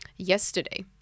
Yesterday